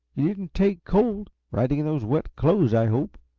you didn't take cold, riding in those wet clothes, i hope?